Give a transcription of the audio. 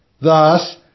Thus